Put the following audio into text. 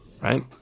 right